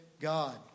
God